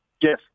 Yes